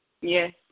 Yes